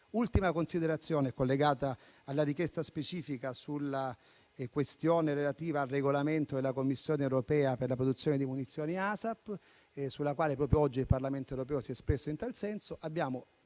L'ultima considerazione è collegata alla richiesta specifica sulla questione relativa al regolamento della Commissione europea per la produzione di munizioni (ASAP), sulla quale proprio oggi il Parlamento europeo si è espresso. Abbiamo